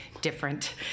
different